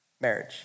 marriage